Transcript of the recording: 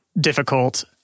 difficult